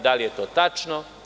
Da li je to tačno?